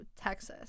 Texas